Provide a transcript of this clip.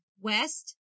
West